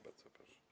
Bardzo proszę.